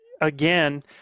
again